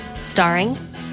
Starring